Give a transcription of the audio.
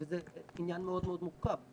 זה עניין מאוד מאוד מורכב,